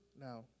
now